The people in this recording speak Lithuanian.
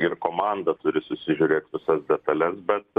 ir komanda turi susžiūrėt visas detales bet